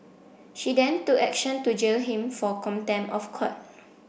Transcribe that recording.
she then took action to jail him for contempt of court